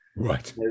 Right